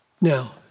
Now